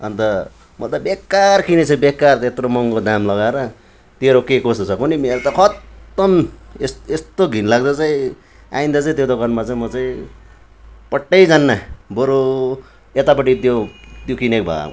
अन्त म त बेकार किनेछु बेकार त्यत्रो महँगो दाम लगाएर तेरो के कसो छ कोनि मेरो त खत्तम एस यस्तो घिनलाग्दो चाहिँ आइन्दा चाहिँ त्यो दोकानमा चाहिँ म चाहिँ पट्टै जान्न बरु यतापट्टि त्यो त्यो किनेको भए